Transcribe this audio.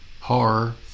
Horror